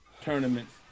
tournaments